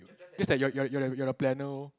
just that you're you're you're you're the planner loh